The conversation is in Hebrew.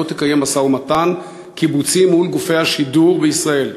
לא תקיים משא-ומתן קיבוצי מול גופי השידור בישראל,